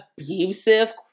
abusive